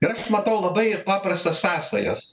ir aš matau labai paprastas sąsajas